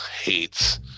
hates